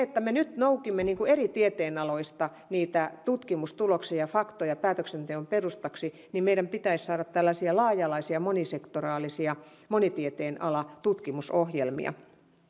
nyt me noukimme eri tieteenaloista tutkimustuloksia ja faktoja päätöksenteon perustaksi mutta meidän pitäisi saada laaja alaisia monisektoraalisia monitieteenalatutkimusohjelmia